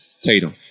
Tatum